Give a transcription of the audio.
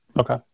Okay